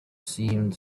seemed